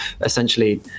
essentially